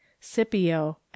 Scipio